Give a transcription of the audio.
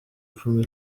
ipfunwe